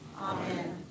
Amen